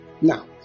Now